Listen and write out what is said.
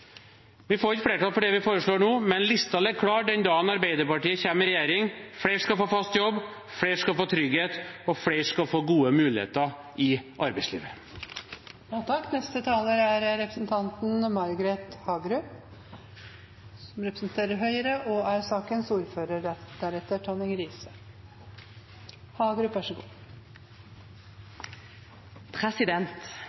Vi får ikke flertall for det vi foreslår nå, men lista ligger klar den dagen Arbeiderpartiet kommer i regjering: Flere skal få fast jobb, flere skal få trygghet, og flere skal få gode muligheter i arbeidslivet. Venstresiden snakker ustanselig om at bruken av innleie brer om seg og